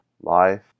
life